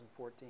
2014